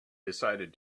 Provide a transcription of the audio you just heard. decided